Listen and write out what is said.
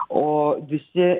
o visi